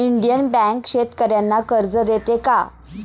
Indian bank शेतकर्यांना कर्ज देते का?